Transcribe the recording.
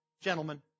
gentlemen